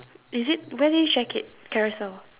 is it where do you check it carousell ah